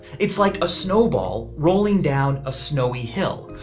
it's like a snowball rolling down a snowy hill.